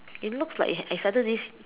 it looks like it's either this